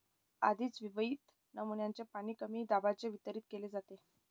आधीच विहित नमुन्यांमध्ये पाणी कमी दाबाने वितरित केले जाते